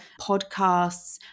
podcasts